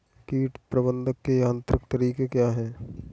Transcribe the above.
कीट प्रबंधक के यांत्रिक तरीके क्या हैं?